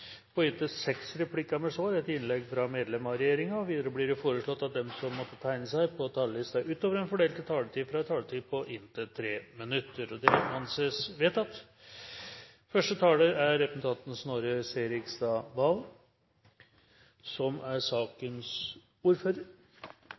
på inntil seks replikker med svar etter innlegg fra medlem av regjeringen innenfor den fordelte taletid. Videre blir det foreslått at de som måtte tegne seg på talerlisten utover den fordelte taletid, får en taletid på inntil 3 minutter. – Det anses vedtatt. I dag ratifiseres – i hvert fall formodentlig, siden det er